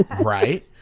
Right